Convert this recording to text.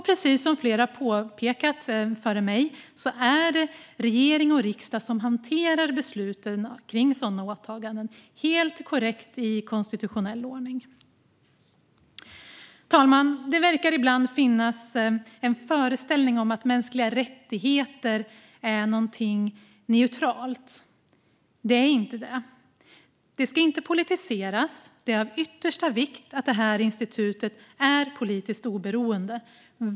Precis som flera före mig har påpekat är det regering och riksdag som hanterar besluten om sådana åtaganden, i helt korrekt konstitutionell ordning. Fru talman! Det verkar ibland finnas en föreställning om att mänskliga rättigheter är något neutralt. Det är det inte. Det ska inte politiseras; det är av yttersta vikt att institutet är politiskt oberoende.